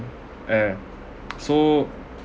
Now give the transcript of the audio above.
air so